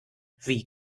wie